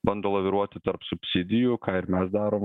bando laviruoti tarp subsidijų ką ir mes darom